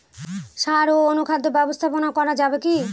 সাড় ও অনুখাদ্য ব্যবস্থাপনা করা যাবে কি?